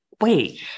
wait